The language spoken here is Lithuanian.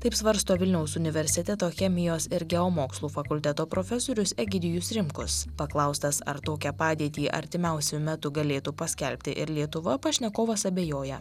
taip svarsto vilniaus universiteto chemijos ir geomokslų fakulteto profesorius egidijus rimkus paklaustas ar tokią padėtį artimiausiu metu galėtų paskelbti ir lietuva pašnekovas abejoja